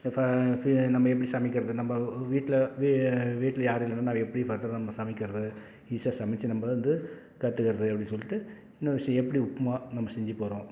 இப்போ நம்ம எப்படி சமைக்கிறது நம்ப வீட்டில் வீ வீட்டில் யாரும் இல்லைனா நான் எப்படி ஃபர்தராக நம்ப சமைக்கிறது ஈஸியாக சமைச்சு நம்ப வந்து கற்றுக்கறது அப்படின்னு சொல்லிவிட்டு இன்னொரு விஷயம் எப்படி உப்மா நம்ப செஞ்சு போகறோம்